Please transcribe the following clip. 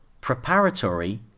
preparatory